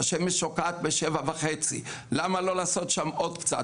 השמש שוקעת בשבע וחצי, למה לא לעשות שם עוד קצת?